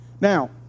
Now